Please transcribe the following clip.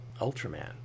Ultraman